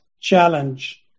challenge